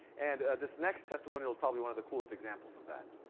and this next testimonial is probably one of the coolest examples of that.